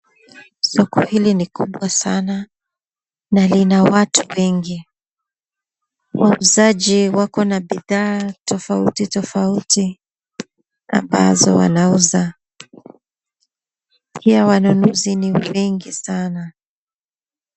Soko hili ni kubwa sana, na lina watu wengi ,wauzaji wako bidhaa tofauti tofauti ambazo wanauza ,pia wanunuzi ni wengi sana.